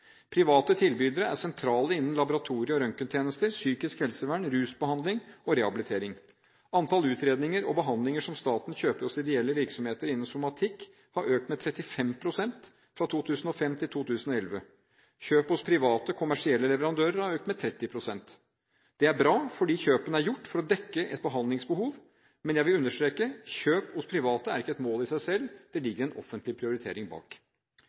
Private tilbydere er sentrale innen laboratorie- og røntgentjenester, psykisk helsevern, rusbehandling og rehabilitering. Antall utredninger og behandlinger som staten kjøper hos ideelle virksomheter innen somatikk, har økt med 35 pst. fra 2005 til 2011. Kjøp hos private, kommersielle leverandører har økt med 30 pst. Det er bra, fordi kjøpene er gjort for å dekke et behandlingsbehov. Men jeg vil understreke at kjøp hos private ikke er et mål i seg selv. Det ligger en offentlig prioritering bak.